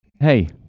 hey